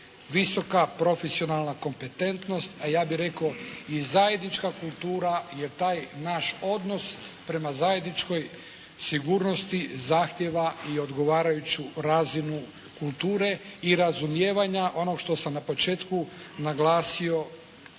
visoka profesionalna kompetentnost, a ja bih rekao i zajednička kultura je taj naš odnos prema zajedničkoj sigurnosti zahtjeva i odgovarajuću razinu kulture i razumijevanja onoga što sam u početku naglasio